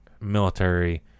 military